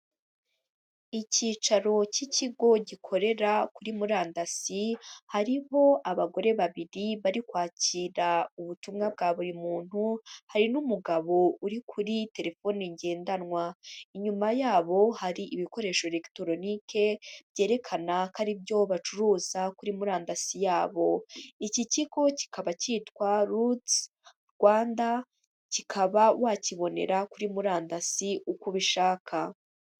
Ikicaro cy'ikigo gikorera kuri murandasi, hariho abagore babiri bari kwakira ubutumwa bwa buri muntu, hari n'umugabo uri kuri telefoni ngendanwa, inyuma yabo hari ibikoresho regitoronike byerekana ko aribyo bacuruza kuri murandasi yabo. Iki kigo kikaba kitwa Rutsi Rwanda, kikaba wakibonera kuri murandasi uko ubishaka.